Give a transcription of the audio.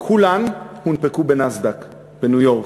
כולן הונפקו בנאסד"ק בניו-יורק,